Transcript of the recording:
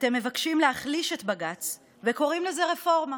אתם מבקשים להחליש את בג"ץ וקוראים לזה רפורמה.